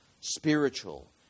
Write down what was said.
spiritual